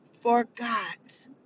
forgot